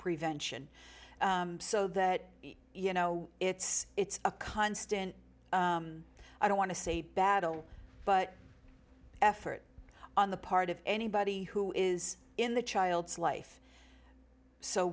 prevention so that you know it's it's a constant i don't want to say battle but effort on the part of anybody who is in the child's life so